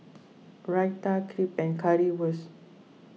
Raita Crepe and Currywurst